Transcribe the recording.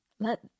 Let